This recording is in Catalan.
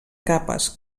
capes